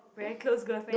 very close girl friend